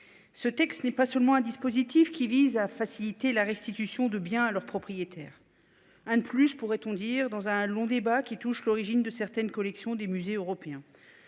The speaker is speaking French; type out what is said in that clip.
Ce texte n'est pas seulement un dispositif qui vise à faciliter la restitution de biens à leurs propriétaires à ne plus pourrait-on dire. Dans un long débat qui touche l'origine de certaines collections des musées européens.